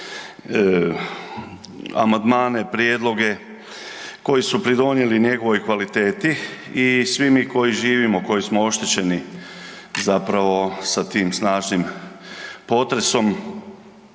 amandmane, prijedloge koji su pridonijeli njegovoj kvaliteti i svi mi koji živimo, koji smo oštećeni zapravo sa tim snažnim potresom,